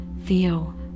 Theo